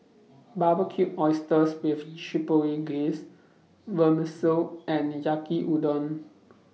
Barbecued Oysters with Chipotle Glaze Vermicelli and Yaki Udon